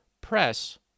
Press